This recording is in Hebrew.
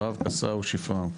אחריו קסאו שפרם.